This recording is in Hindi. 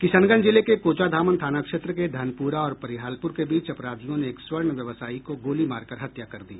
किशनगंज जिले के कोचाधामन थाना क्षेत्र के धनपुरा और परिहालपुर के बीच अपराधियों ने एक स्वर्ण व्यवसायी को गोली मार कर हत्या कर दी